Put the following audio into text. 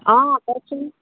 অঁ কওকচোন